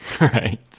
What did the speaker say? Right